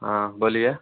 हाँ बोलिए